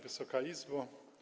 Wysoka Izbo!